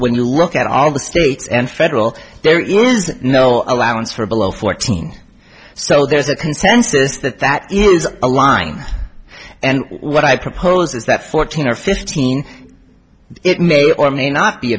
when you look at all the states and federal there is no allowance for below fourteen so there's a consensus that that is a line and what i propose is that fourteen or fifteen it may or may not be